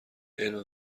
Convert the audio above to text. علم